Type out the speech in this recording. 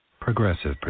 Progressive